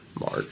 Mark